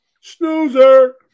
Snoozer